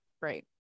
Right